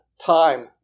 time